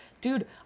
Dude